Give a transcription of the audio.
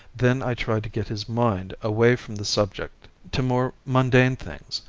then i tried to get his mind away from the subject to more mundane things,